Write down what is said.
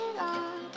long